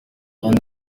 and